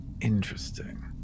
interesting